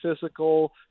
physical